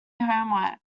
homework